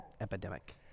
epidemic